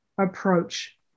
approach